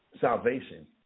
salvation